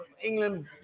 England